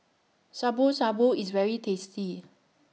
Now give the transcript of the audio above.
Shabu Shabu IS very tasty